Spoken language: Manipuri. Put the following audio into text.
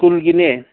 ꯁ꯭ꯀꯨꯜꯒꯤꯅꯦ